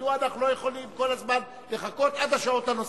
מדוע אנחנו לא יכולים כל הזמן לחכות עד השעות הנוספות?